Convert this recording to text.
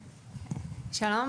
שלום.